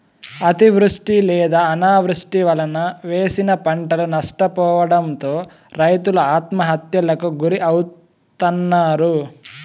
అతివృష్టి లేదా అనావృష్టి వలన వేసిన పంటలు నష్టపోవడంతో రైతులు ఆత్మహత్యలకు గురి అవుతన్నారు